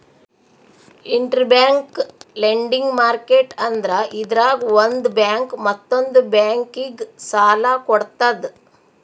interbank lending market ಅಂದ್ರ ಇದ್ರಾಗ್ ಒಂದ್ ಬ್ಯಾಂಕ್ ಮತ್ತೊಂದ್ ಬ್ಯಾಂಕಿಗ್ ಸಾಲ ಕೊಡ್ತದ್